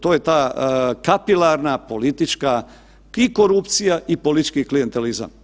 To je ta kapilarna politička i korupcija i politički klijentelizam.